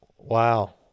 Wow